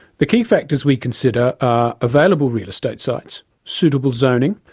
the key factors we consider are available real estate sites, suitable zoning,